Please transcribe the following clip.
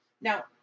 Now